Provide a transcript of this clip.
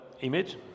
Image